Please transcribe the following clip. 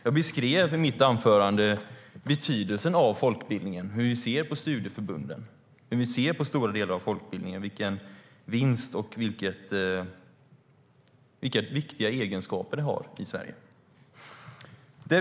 Jag beskrev i mitt anförande betydelsen av folkbildningen, hur vi ser på studieförbunden, hur vi ser på stora delar av folkbildningen och vilken vinst och vilka viktiga egenskaper den har i Sverige.